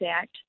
Act